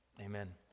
amen